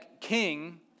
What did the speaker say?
king